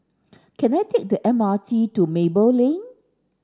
can I take the M R T to Maple Lane